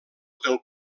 del